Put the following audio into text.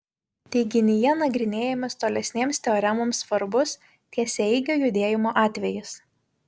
teiginyje nagrinėjamas tolesnėms teoremoms svarbus tiesiaeigio judėjimo atvejis